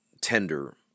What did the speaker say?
tender